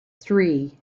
three